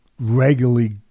regularly